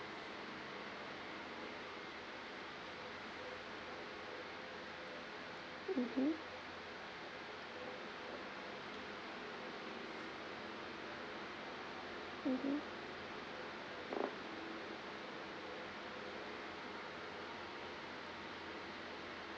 mmhmm mmhmm